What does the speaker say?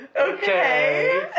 Okay